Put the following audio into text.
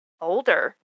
older